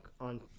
on